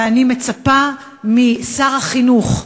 ואני מצפה משר החינוך,